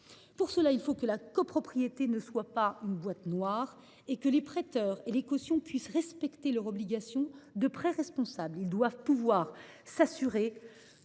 Pour cela, il faut que la copropriété ne soit pas une boîte noire et que les prêteurs et les cautions puissent respecter leur obligation de « prêt responsable ». Ils doivent pouvoir s’assurer